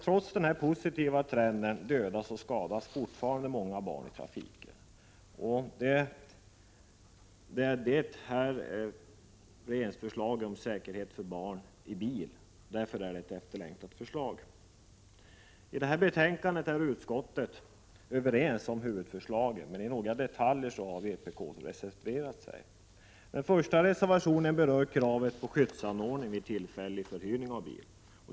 Trots den positiva trenden dödas och skadas fortfarande många barn i trafiken. Därför är det här regeringsförslaget ”om säkerheten för barn i bil” ett efterlängtat förslag. I detta betänkande är utskottet överens om huvudförslagen, men i några detaljer har vpk reserverat sig. Reservation 1 berör kravet på skyddsanordning vid tillfällig förhyrning av bil.